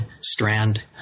strand